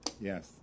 Yes